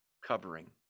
covering